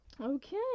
okay